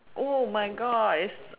oh my god